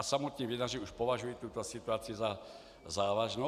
Samotní vinaři už považují tuto situaci za závažnou.